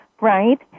right